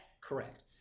correct